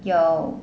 有